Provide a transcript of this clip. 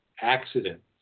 Accidents